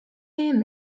hear